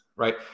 right